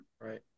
right